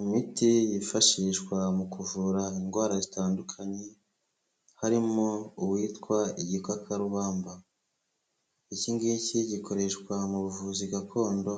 Imiti yifashishwa mu kuvura indwara zitandukanye harimo uwitwa igikakarubamba, iki ngiki gikoreshwa mu buvuzi gakondo